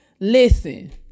listen